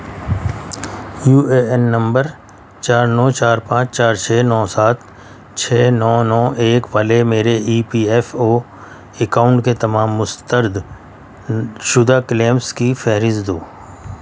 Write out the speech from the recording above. you A N نمبر چار نو چار پانچ چار چھ نو سات چھ نو نو ایک والے میرے E P F O account کے تمام مسترد شدہ کلیمز کی فہرست دو